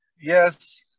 Yes